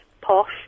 posh